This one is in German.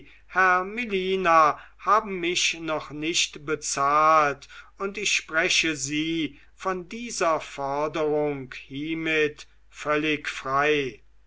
herr melina haben mich noch nicht bezahlt und ich spreche sie von dieser forderung hiemit völlig frei